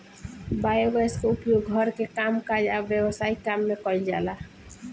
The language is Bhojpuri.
बायोगैस के उपयोग घर के कामकाज आ व्यवसायिक काम में कइल जाला